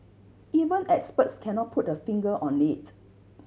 even experts cannot put a finger on it